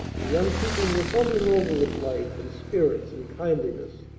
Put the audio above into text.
the young people were bubbling over with life and spirits and kindliness,